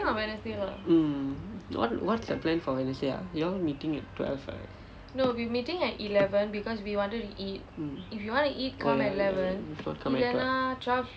mm what's what's the plan for wednesday ah you all meeting at twelve right mm if not come at twelve